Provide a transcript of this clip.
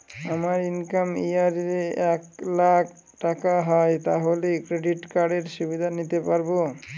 আমার income year এ এক লাক টাকা হয় তাহলে ক্রেডিট কার্ড এর সুবিধা নিতে পারবো?